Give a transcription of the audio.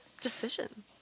decision